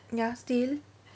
ya still